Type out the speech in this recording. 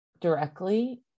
directly